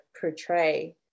portray